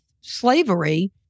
slavery